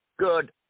Good